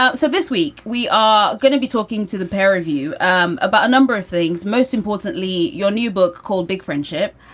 so this week, we are going to be talking to the pair of you um about a number of things. most importantly, your new book called big friendship.